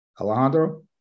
Alejandro